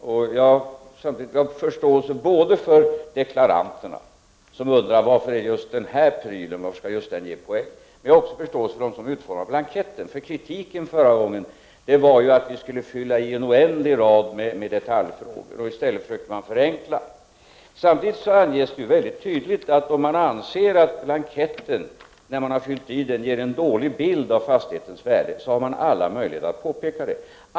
Jag har samtidigt förståelse både för deklaranterna, som undrar varför just en viss pryl skall ge poäng, och för dem som utformat blanketten. Kritiken förra gången var ju att vi skulle fylla i svar på en oändlig rad detaljfrågor. I stället försökte man nu förenkla. Samtidigt anges det mycket tydligt att om man anser att blanketten, när man har fyllt i den, ger en dålig bild av fastighetens värde, har man alla möjligheter att påpeka det.